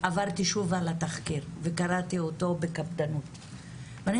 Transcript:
עברתי שוב על התחקיר וקראתי אותו בקפדנות ואני